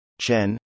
Chen